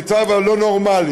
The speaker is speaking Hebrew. המצב הלא-נורמלי